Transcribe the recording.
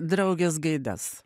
draugės gaidas